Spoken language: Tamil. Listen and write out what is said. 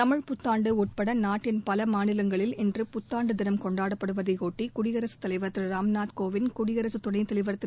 தமிழ்ப் புத்தாண்டு உட்பட நாட்டின் பல மாநிலங்களில் இன்று புத்தாண்டு தினம் கொண்டாடப்படுவதையொட்டி குடியரசுத் தலைவா் திருராம்நாத் கோவிந்த் குடியரசுத் துணைத் தலைவா் திரு